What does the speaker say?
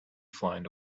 flying